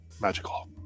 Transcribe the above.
magical